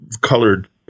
colored